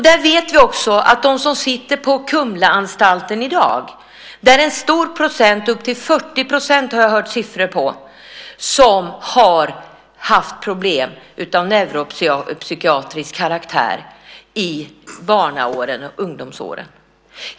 Vi vet också att en stor andel - upp till 40 % är en siffra som jag har hört nämnas - av dem som i dag sitter på Kumlaanstalten har i barnaåren och ungdomsåren haft problem av neuropsykiatrisk karaktär.